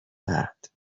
بعد